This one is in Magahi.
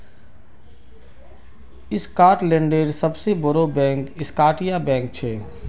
स्कॉटलैंडेर सबसे बोड़ो बैंक स्कॉटिया बैंक छे